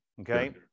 Okay